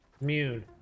immune